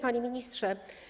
Panie Ministrze!